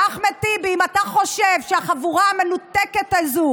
ואחמד טיבי, אם אתה חושב שהחבורה המנותקת הזו